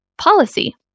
Policy